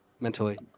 mentally